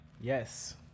Yes